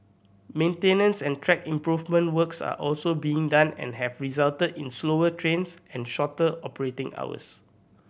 maintenance and track improvement works are also being done and have resulted in slower trains and shorter operating hours